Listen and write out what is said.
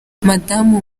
madamu